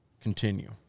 Continue